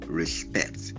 respect